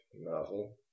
novel